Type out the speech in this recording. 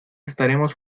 estaremos